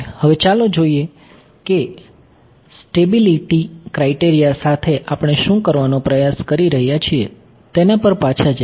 હવે ચાલો જોઈએ કે સ્ટેબિલિટી ક્રાંઇટેરિયા સાથે આપણે શું કરવાનો પ્રયાસ કરી રહ્યા છીએ તેના પર પાછા જઈએ